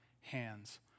hands